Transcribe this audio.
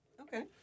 Okay